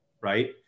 right